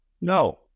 No